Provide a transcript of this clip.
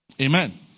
Amen